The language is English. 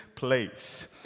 Place